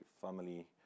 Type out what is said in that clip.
family